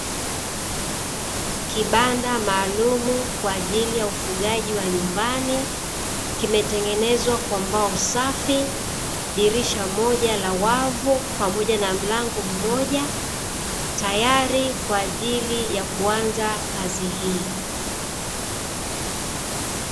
Kibanda maalumu kwa ajiri ya ufugaji wa nyumbani; kimetengenezwa kwa mbao safi, dirisha moja la wavu pamoja na mlango mmoja tayari kwa ajiri ya kuanza kazi hii.